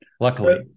luckily